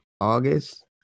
August